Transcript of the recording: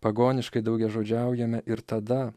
pagoniškai daugiažodžiaujame ir tada